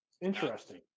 Interesting